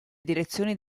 direzioni